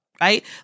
right